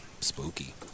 spooky